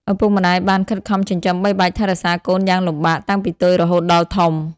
ឪពុកម្តាយបានខិតខំចិញ្ចឹមបីបាច់ថែរក្សាកូនយ៉ាងលំបាក តាំងពីតូចរហូតដល់ធំ។